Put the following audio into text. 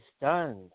done